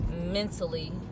mentally